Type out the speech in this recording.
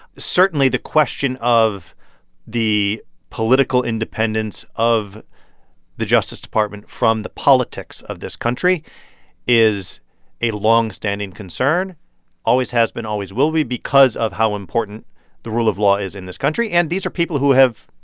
certainly, the question of the political independence of the justice department from the politics of this country is a long-standing concern always has been, always will be because of how important the rule of law is in this country. and these are people who have,